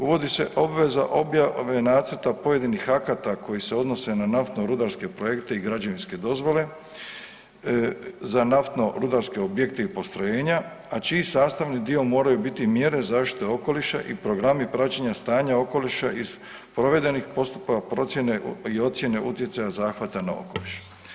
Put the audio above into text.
Uvodi se obveza objave nacrta pojedinih akata koji se odnose na naftno-rudarske projekte i građevinske dozvole za naftno-rudarske objekte i postrojenja a čiji sastavni dio moraju biti mjere zaštite okoliša i programi praćenja stanja okoliša iz provedenih postupaka procjene i ocjene utjecaja zahvata na okoliš.